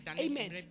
Amen